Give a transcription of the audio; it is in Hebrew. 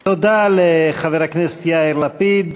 תודה לחבר הכנסת יאיר לפיד,